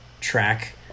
track